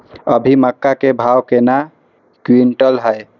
अभी मक्का के भाव केना क्विंटल हय?